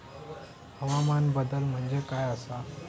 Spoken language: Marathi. हवामान बदल म्हणजे काय आसा?